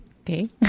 Okay